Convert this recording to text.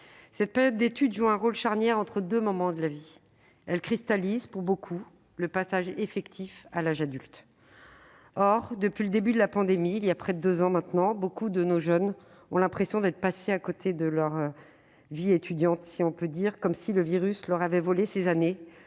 Cette période d'études joue un rôle charnière entre deux moments de la vie ; elle cristallise, pour beaucoup, le passage effectif à l'âge adulte. Or, depuis le début de la pandémie, voilà près de deux ans maintenant, beaucoup de nos jeunes ont l'impression d'être passés à côté de leur vie étudiante, si l'on peut dire, comme si le virus leur avait volé ces années